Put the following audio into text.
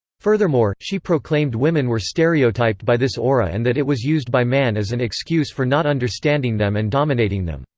furthermore, she proclaimed women were stereotyped by this aura and that it was used by man as an excuse for not understanding them and dominating them.